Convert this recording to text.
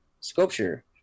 sculpture